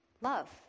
Love